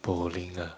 bowling ah